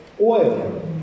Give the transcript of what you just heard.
Oil